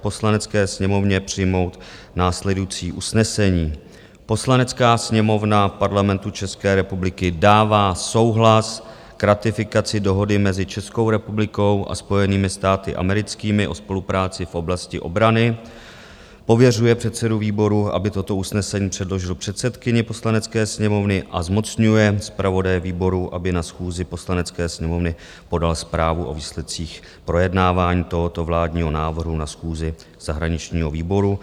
Poslanecké sněmovně přijmout následující usnesení: Poslanecká sněmovna Parlamentu České republiky dává souhlas k ratifikaci Dohody mezi Českou republikou a Spojenými státy americkými o spolupráci v oblasti obrany, pověřuje předsedu výboru, aby toto usnesení předložil předsedkyni Poslanecké sněmovny a zmocňuje zpravodaje výboru, aby na schůzi Poslanecké sněmovny podal zprávu o výsledcích projednávání tohoto vládního návrhu na schůzi zahraničního výboru.